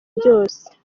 byose